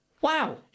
Wow